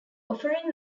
offering